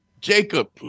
Jacob